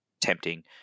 tempting